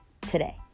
today